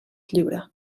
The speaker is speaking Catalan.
lliure